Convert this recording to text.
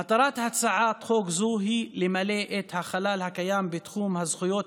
מטרת הצעת חוק זו היא למלא את החלל הקיים בתחום הזכויות